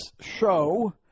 show